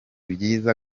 byiza